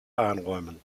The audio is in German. einräumen